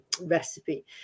recipe